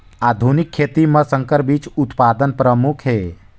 आधुनिक खेती म संकर बीज उत्पादन प्रमुख हे